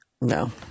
no